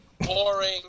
Boring